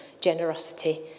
generosity